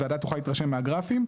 הוועדה תוכל להתרשם מהגרפים.